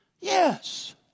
Yes